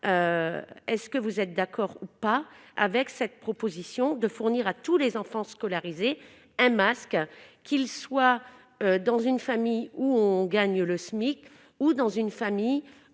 savoir si vous êtes d'accord ou non avec cette proposition de fournir à tous les enfants scolarisés un masque, qu'il soit dans une famille où l'on gagne le SMIC ou dans une famille